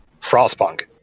Frostpunk